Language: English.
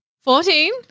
Fourteen